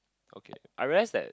okay I rest that